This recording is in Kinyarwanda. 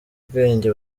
ubwenge